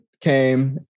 came